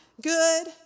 good